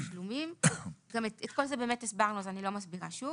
והתשלומים"; את כל זה באמת הסברנו אז אני לא מסבירה שוב.